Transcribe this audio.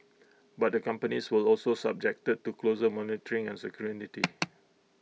but the companies will also subjected to closer monitoring and scrutiny